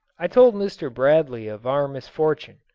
i told mr. bradley of our misfortune.